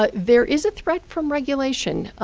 ah there is a threat from regulation.